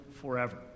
forever